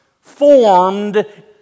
formed